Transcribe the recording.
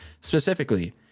specifically